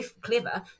clever